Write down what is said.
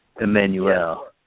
Emmanuel